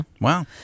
Wow